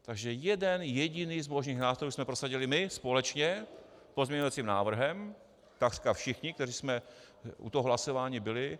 Takže jeden jediný z možných nástrojů jsme prosadili my, společně, pozměňujícím návrhem, takřka všichni, kteří jsme u toho hlasování byli.